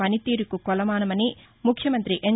పనితీరుకు కొలమానమని ముఖ్యమంతి ఎన్